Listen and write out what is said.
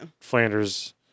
Flanders